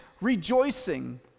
rejoicing